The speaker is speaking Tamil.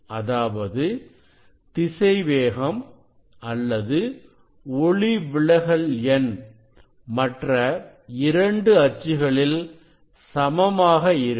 அதாவது திசைவேகம் அல்லது ஒளிவிலகல் எண் மற்ற இரண்டு அச்சுகளில் சமமாக இருக்கும்